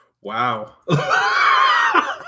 Wow